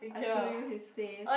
I show you his face